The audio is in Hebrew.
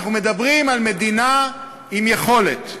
אנחנו מדברים על מדינה עם יכולת,